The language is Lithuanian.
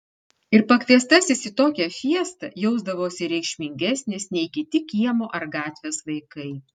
ir pakviestasis į tokią fiestą jausdavosi reikšmingesnis nei kiti kiemo ar gatvės vaikai